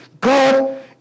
God